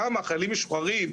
כמה חיילים משוחררים,